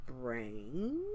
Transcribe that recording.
brain